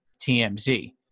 TMZ